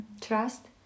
trust